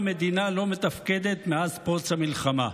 מדינה לא מתפקדת מאז פרוץ המלחמה.